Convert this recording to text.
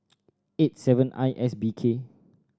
eight seven I S B K